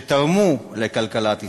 שתרמו לכלכלת ישראל,